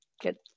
get